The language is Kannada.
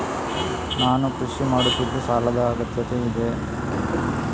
ನಾನು ಕೃಷಿ ಮಾಡುತ್ತಿದ್ದು ಸಾಲದ ಅಗತ್ಯತೆ ಇದೆ?